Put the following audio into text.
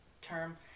term